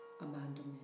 abandonment